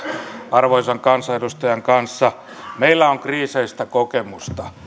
arvoisan kansanedustajan kanssa meillä on kriiseistä kokemusta